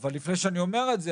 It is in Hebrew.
אבל לפני שאני אומר את זה,